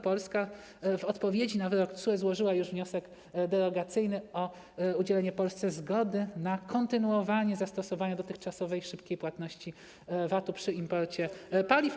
Polska w odpowiedzi na wyrok TSUE złożyła wniosek derogacyjny o udzielenie Polsce zgody na kontynuowanie zastosowania dotychczasowej szybkiej płatności VAT-u przy imporcie paliw.